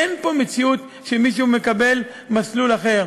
אין פה מציאות שמישהו מקבל מסלול אחר.